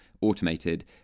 automated